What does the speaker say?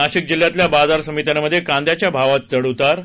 नाशिक जिल्ह्यातल्या बाजार समित्यांमध्ये कांद्याच्या भावात चढ उतार